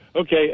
Okay